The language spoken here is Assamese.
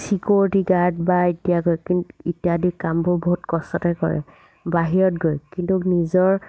ছিকিউৰিটি গাৰ্ড বা এতিয়া গৈ কি ইত্যাদি কামবোৰ বহুত কষ্টতে কৰে বাহিৰত গৈ কিন্তু নিজৰ